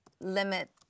limit